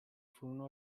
furono